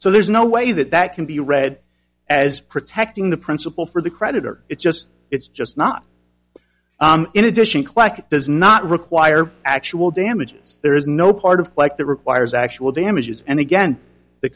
so there's no way that that can be read as protecting the principle for the creditor it's just it's just not in addition claque does not require actual damages there is no part of like that requires actual damages and again the